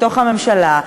מתוך הממשלה,